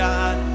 God